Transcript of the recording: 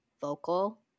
vocal